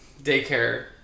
daycare